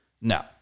No